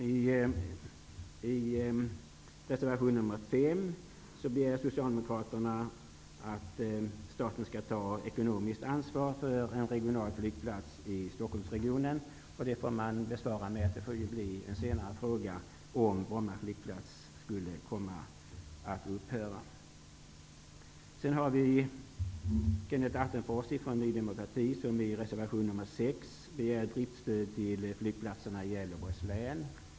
I reservation 5 begär Socialdemokraterna att staten skall ta ekonomiskt ansvar för en regional flygplats i Stockholmsregionen. Det får man bemöta med att det får bli en senare fråga, om flygtrafiken på Bromma flygplats skulle komma att upphöra. Kenneth Attefors från Ny demokrati har i reservation 6 begärt driftstöd till flygplatserna i Gävleborgs län.